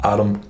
Adam